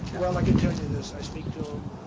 well, i can tell you this. i speak to him.